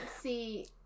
see